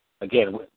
Again